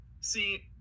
See